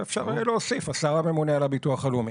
ואפשר יהיה להוסיף "השר הממונה על הביטוח הלאומי".